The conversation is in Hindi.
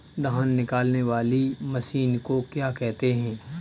धान निकालने वाली मशीन को क्या कहते हैं?